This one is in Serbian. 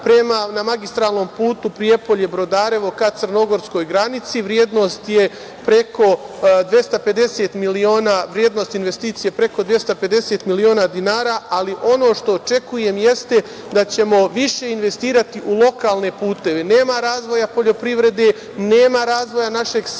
na magistralnom putu Prijepolje – Brodarevo, ka crnogorskoj granici. Vrednost investicije je preko 250 miliona dinara, ali ono što očekujem, jeste da ćemo više investirati u lokalne puteve. Nema razvoja poljoprivrede, nema razvoja našeg sela,